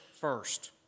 first